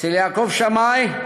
אצל יעקב שמאי,